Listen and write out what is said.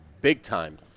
big-time